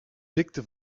dikte